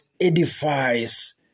edifies